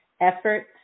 efforts